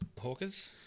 Hawkers